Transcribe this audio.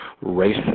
race